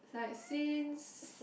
it's like since